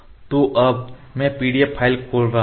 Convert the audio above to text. तो अब मैं PDF फाइल खोल रहा हूं